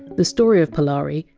the story of polari,